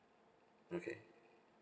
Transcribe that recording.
okay